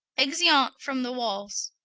exeunt. from the walls.